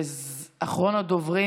אחרון הדוברים.